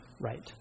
right